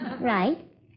right